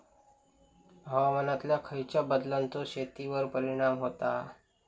हवामानातल्या खयच्या बदलांचो शेतीवर परिणाम होता?